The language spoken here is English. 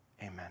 Amen